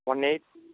one eight